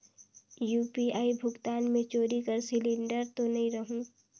UPI भुगतान मे चोरी कर सिलिंडर तो नइ रहु?